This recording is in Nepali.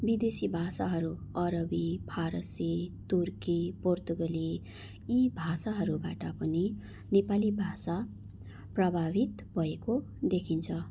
विदेशी भाषाहरू अरबी फारसी तुर्की पोर्तुगली यी भाषाहरूबाट पनि नेपाली भाषा प्रभावित भएको देखिन्छ